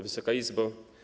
Wysoka Izbo!